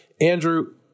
andrew